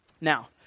Now